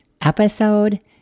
Episode